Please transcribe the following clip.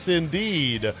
indeed